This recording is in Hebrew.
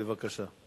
בבקשה.